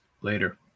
Later